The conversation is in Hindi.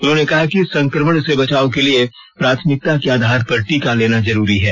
उन्होंने कहा कि संक्रमण से बचाव के लिए प्राथमिकता के आधार पर टीका लेना जरूरी है